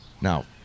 Now